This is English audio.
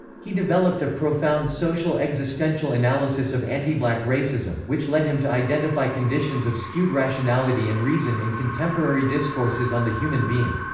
he developed a profound social existential analysis of antiblack racism, which led him to identify conditions of skewed rationality and reason in contemporary discourses on the human being.